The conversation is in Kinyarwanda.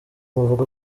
bavuga